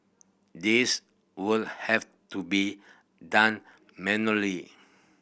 this will have to be done manually